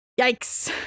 yikes